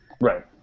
Right